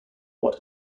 what